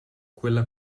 quella